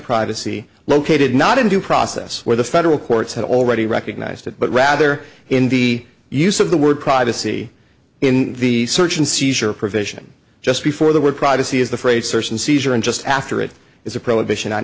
privacy located not in due process where the federal courts had already recognized it but rather in the use of the word privacy in the search and seizure provision just before the word privacy is the phrase search and seizure and just after it is a prohibition on